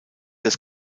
des